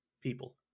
people